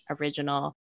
original